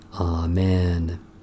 Amen